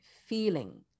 feeling